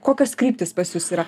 kokios kryptys pas jus yra